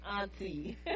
auntie